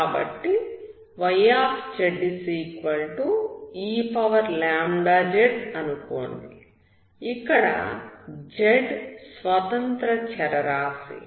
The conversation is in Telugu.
కాబట్టి yzeλz అనుకోండి ఇక్కడ z స్వతంత్ర చరరాశి